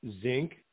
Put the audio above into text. zinc